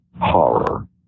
Horror